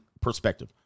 perspective